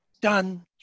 done